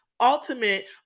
ultimate